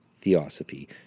theosophy